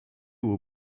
will